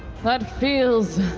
that feels